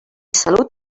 salut